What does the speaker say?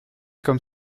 comme